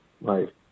right